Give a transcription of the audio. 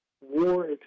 War